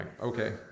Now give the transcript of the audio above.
Okay